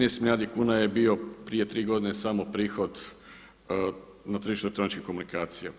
13 milijardi kuna je bio prije tri godine samo prihod na tržištu elektroničkih telekomunikacija.